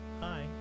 Hi